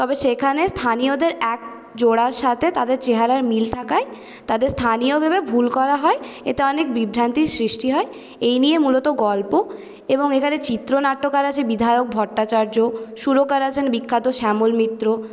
তবে সেখানে স্থানীয়দের এক জোড়ার সাথে তাদের চেহারার মিল থাকায় তাদের স্থানীয় ভেবে ভুল করা হয় এতে অনেক বিভ্রান্তির সৃষ্টি হয় এই নিয়ে মূলত গল্প এবং এখানে চিত্রনাট্যকার আছে বিধায়ক ভট্টাচার্য্য সুরকার আছেন বিখ্যাত শ্যামল মিত্র